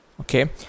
okay